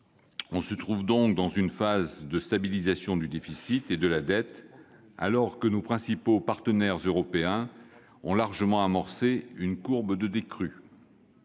On se trouve donc dans une phase de stabilisation du déficit et de la dette, alors que nos principaux partenaires européens ont largement amorcé une courbe de décrue.